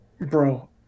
bro